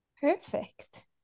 perfect